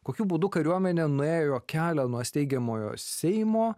kokiu būdu kariuomenė nuėjo kelią nuo steigiamojo seimo